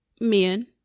men